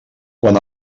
quan